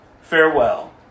Farewell